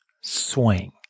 swing